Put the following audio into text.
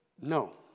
No